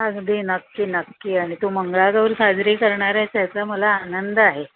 अगदी नक्की नक्की आणि तू मंगळागौर साजरी करणार आहेस त्याचा मला आनंद आहे